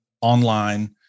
online